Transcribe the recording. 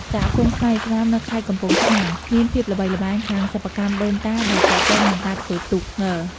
សហគមន៍ខ្មែរឥស្លាមនៅខេត្តកំពង់ឆ្នាំង មានភាពល្បីល្បាញខាងសិប្បកម្មដូនតាដែលទាក់ទងនឹងការធ្វើទូកង។